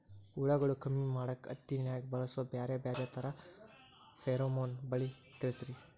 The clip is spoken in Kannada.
ಹುಳುಗಳು ಕಮ್ಮಿ ಮಾಡಾಕ ಹತ್ತಿನ್ಯಾಗ ಬಳಸು ಬ್ಯಾರೆ ಬ್ಯಾರೆ ತರಾ ಫೆರೋಮೋನ್ ಬಲಿ ತಿಳಸ್ರಿ